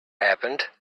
happened